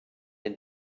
den